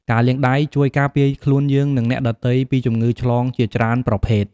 ការលាងដៃជួយការពារខ្លួនយើង និងអ្នកដទៃពីជំងឺឆ្លងជាច្រើនប្រភេទ។